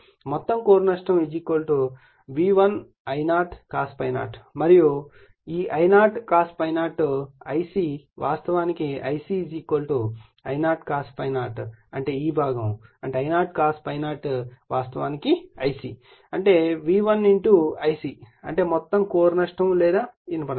మొత్తం కోర్ నష్టం ఇనుము నష్టం V1 I0 cos ∅0 మరియు ఇది మరియు ఈ I0 cos ∅0 అది Ic వాస్తవానికి I0 cos ∅0 అంటే ఈ భాగం అంటే I0 cos ∅0 వాస్తవానికి Ic అంటే V1 Ic అంటే మొత్తం కోర్ నష్టం లేదా ఇనుము నష్టం